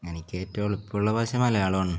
എനിക്ക് ഏറ്റവും എളുപ്പമുള്ള ഭാഷ മലയാളമാണ്